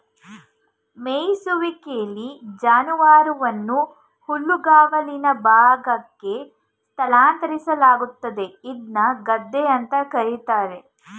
ಮೆಯಿಸುವಿಕೆಲಿ ಜಾನುವಾರುವನ್ನು ಹುಲ್ಲುಗಾವಲಿನ ಭಾಗಕ್ಕೆ ಸ್ಥಳಾಂತರಿಸಲಾಗ್ತದೆ ಇದ್ನ ಗದ್ದೆ ಅಂತ ಕರೀತಾರೆ